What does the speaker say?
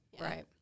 right